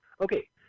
Okay